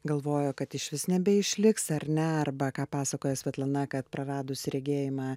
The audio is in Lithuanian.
galvojo kad išvis nebeišliks ar ne arba ką pasakoja svetlana kad praradus regėjimą